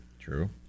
True